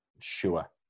sure